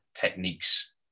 techniques